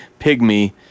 pygmy